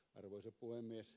arvoisa puhemies